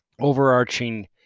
overarching